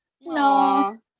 No